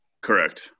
correct